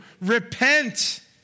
Repent